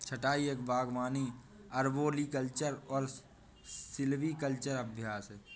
छंटाई एक बागवानी अरबोरिकल्चरल और सिल्वीकल्चरल अभ्यास है